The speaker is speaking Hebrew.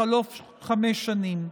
בחלוף חמש שנים.